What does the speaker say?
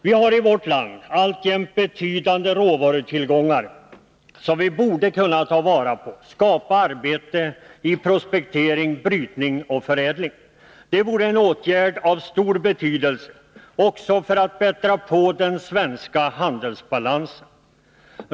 Vi har i vårt land alltjämt betydande råvarutillgångar, som vi borde kunna ta vara på och därmed skapa arbete inom prospektering, brytning och förädling. Det vore en åtgärd av stor betydelse också för att bättra på den svenska handelsbalansen.